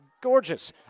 gorgeous